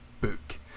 book